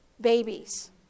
babies